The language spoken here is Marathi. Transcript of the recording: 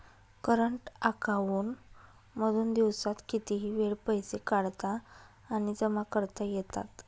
करंट अकांऊन मधून दिवसात कितीही वेळ पैसे काढता आणि जमा करता येतात